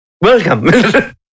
Welcome